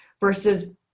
versus